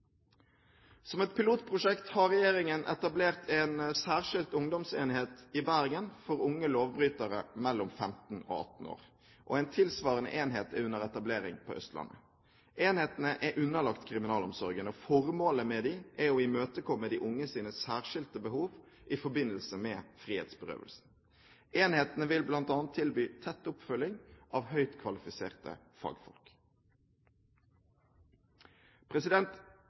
Som et pilotprosjekt har regjeringen etablert en særskilt ungdomsenhet i Bergen for unge lovbrytere mellom 15 og 18 år. En tilsvarende enhet er under etablering på Østlandet. Enhetene er underlagt kriminalomsorgen, og formålet med disse er å imøtekomme de unges særskilte behov i forbindelse med frihetsberøvelsen. Enhetene vil bl.a. tilby tett oppfølging av høyt kvalifiserte